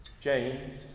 James